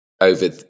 over